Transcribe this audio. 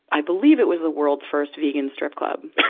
i believe it was the world's first vegan strip club.